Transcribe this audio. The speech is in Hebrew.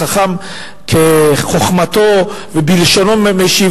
לחכם הוא משיב כחוכמתו ובלשונו,